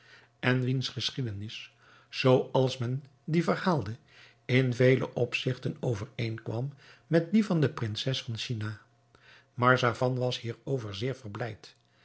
en wiens geschiedenis zoo als men die verhaalde in vele opzigten overeenkwam met die van de prinses van china marzavan was hierover zeer verblijd